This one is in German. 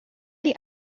die